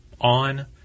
on